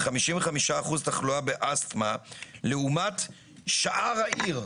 ו-55% תחלואה באסטמה לעומת שאר העיר.